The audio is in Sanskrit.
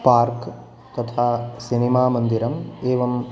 पार्क् तथा सिनेमामन्दिरम् एवम्